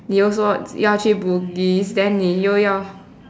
你又说要去 Bugis then 你又要